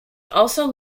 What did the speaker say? also